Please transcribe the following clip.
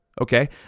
Okay